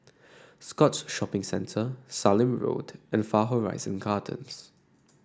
Scotts Shopping Centre Sallim Road and Far Horizon Gardens